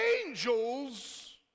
angels